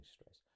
stress